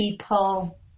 people